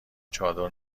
چادر